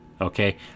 Okay